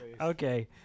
Okay